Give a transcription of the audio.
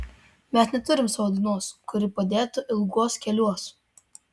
mes neturim savo dainos kuri padėtų ilguos keliuos